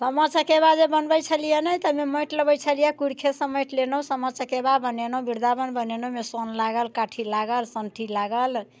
सामा चकेबा जे बनबै छलियै ने ताहिमे माटि लबै छलियै कोरिके समेट लेलहुँ सामा चकेवा बनेलहुँ वृन्दावन बनेलहुँ ओइमे सौन लागल काठी लागल सण्ठी लागल